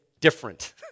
different